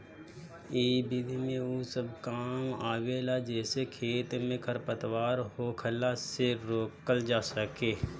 इ विधि में उ सब काम आवेला जेसे खेत में खरपतवार होखला से रोकल जा सके